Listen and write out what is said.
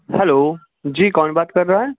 hello جی کون بات کر رہا ہے